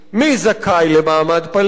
מי זכאי למעמד פליט